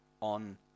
on